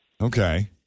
Okay